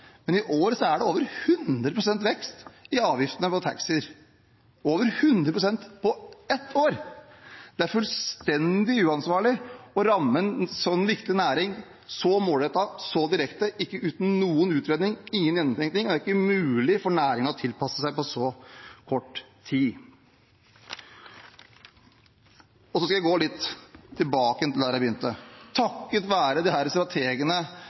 men i år er det over 100 pst. vekst i avgiftene for taxier – over 100 pst. på ett år! Det er fullstendig uansvarlig å ramme en så viktig næring så målrettet og så direkte, uten noen utredning og uten gjennomtenkning. Det er ikke mulig for næringen å tilpasse seg på så kort tid. Jeg skal nå gå litt tilbake til der jeg begynte: Takket være